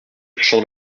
champ